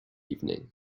evening